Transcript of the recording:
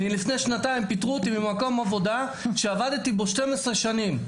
אני לפני שנתיים פיטרו אותי ממקום עבודה שעבדתי בו 12 שנים.